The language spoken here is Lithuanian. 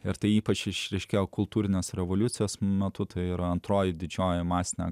ir tai ypač išryškėjo kultūrinės revoliucijos metu tai yra antroji didžioji masinė